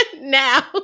now